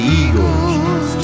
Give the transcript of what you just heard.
eagles